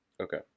Okay